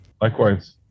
Likewise